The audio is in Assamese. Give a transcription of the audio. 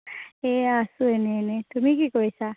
এইয়া আছোঁ এনেই এনেই তুমি কি কৰিছা